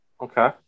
Okay